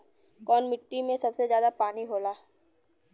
कौन मिट्टी मे सबसे ज्यादा पानी होला?